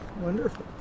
wonderful